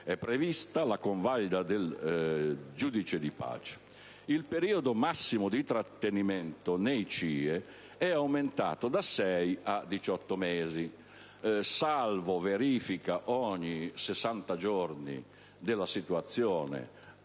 È prevista la convalida del giudice di pace. Il periodo massimo di trattenimento nei CIE è aumentato da sei a diciotto mesi, salvo verifiche della situazione,